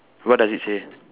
what does it say